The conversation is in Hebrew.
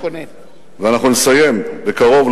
ונסיים בקרוב,